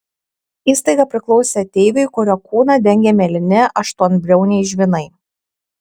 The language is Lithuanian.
įstaiga priklausė ateiviui kurio kūną dengė mėlyni aštuonbriauniai žvynai